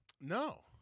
no